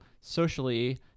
socially